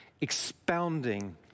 expounding